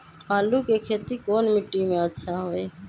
आलु के खेती कौन मिट्टी में अच्छा होइ?